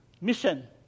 mission